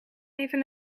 even